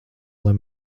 lai